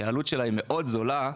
כי העלות שלה מאוד זולה,